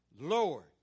Lord